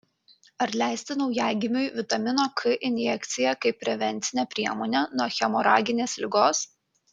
ar leisti naujagimiui vitamino k injekciją kaip prevencinę priemonę nuo hemoraginės ligos